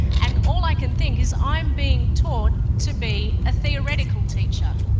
and all i can think is i'm being taught to be a theoretical teacher,